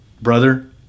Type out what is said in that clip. Brother